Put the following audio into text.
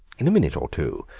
in a minute or two,